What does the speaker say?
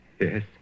Yes